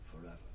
forever